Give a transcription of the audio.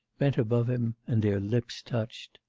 bent above him, and their lips touched.